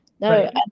no